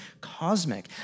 cosmic